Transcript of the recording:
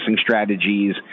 strategies